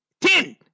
ten